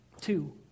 Two